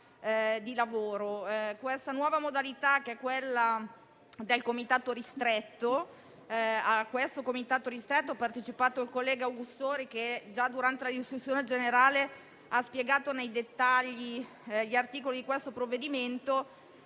di lavoro. Mi riferisco a quelle del comitato ristretto, cui ha partecipato il collega Augussori, che già durante la discussione generale ha spiegato nei dettagli gli articoli del provvedimento.